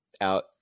out –